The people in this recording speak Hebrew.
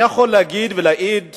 אני יכול להגיד ולהעיד